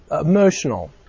emotional